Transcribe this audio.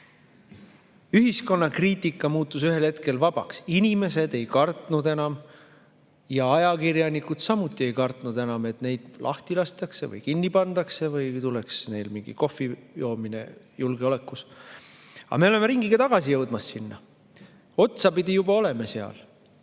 Ühiskonnakriitika muutus ühel hetkel vabaks, inimesed ei kartnud enam ja ajakirjanikud samuti ei kartnud enam, et neid lahti lastakse või kinni pannakse või tuleks neil mingi kohvijoomine julgeolekus. Aga me oleme ringiga tagasi jõudmas sinna, otsapidi juba olemegi seal.